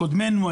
קודמינו,